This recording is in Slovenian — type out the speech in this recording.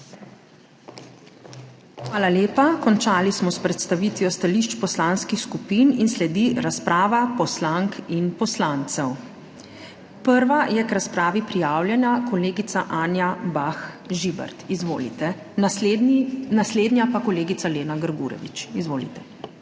Hvala lepa. Končali smo s predstavitvijo stališč poslanskih skupin in sledi razprava poslank in poslancev. Prva je k razpravi prijavljena kolegica Anja Bah Žibert, naslednja pa kolegica Lena Grgurevič. Izvolite.